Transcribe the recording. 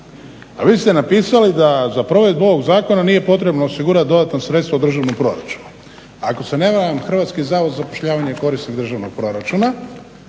A vi ste napisali da za provedbu ovog zakona nije potrebno osigurati dodatna sredstva u državnom proračunu. Ako se ne varam Hrvatski zavod za zapošljavanje je korisnik državnog proračuna